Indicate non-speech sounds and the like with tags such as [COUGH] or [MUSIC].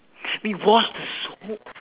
[BREATH] you wash with soap